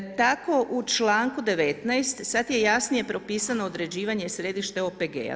Tako u čl. 19. sad je jasnije propisano određivanje središta OPG-a.